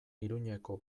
iruñeko